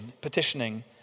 petitioning